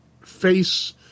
face